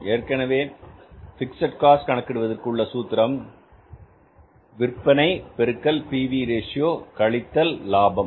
எனவே fixed cost கணக்கிடுவதற்கு உள்ள சூத்திரம் விற்பனை பெருக்கல் பி வி ரேஷியோ PV Ratioகழித்தல் லாபம்